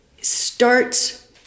starts